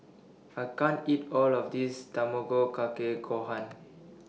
I can't eat All of This Tamago Kake Gohan